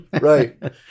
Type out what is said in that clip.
right